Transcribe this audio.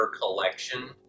collection